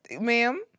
Ma'am